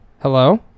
Hello